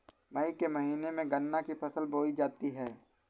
मई के महीने में गन्ना की फसल बोई जाती है